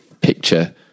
picture